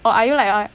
or are you like what